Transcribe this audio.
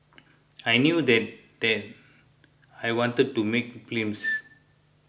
I knew then that I wanted to make films